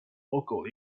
local